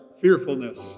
fearfulness